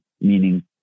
meaning